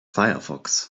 firefox